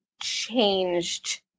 changed